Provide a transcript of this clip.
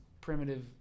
primitive